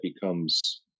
becomes